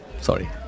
sorry